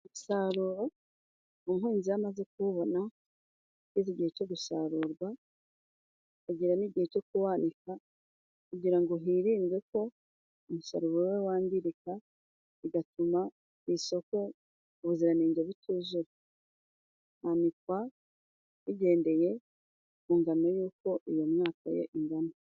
Umusaruro, umuhinzi iyo amaze kuwubona ageze igihe cyo gusarurwa agera n'igihe cyo kuwanika kugira ngo hirindwe ko umusaruro we wangirika bigatuma ku isoko ubuziranenge butuzuye, hanikwa bigendeye ku ngano y'uko iyoyakaka ye ingana.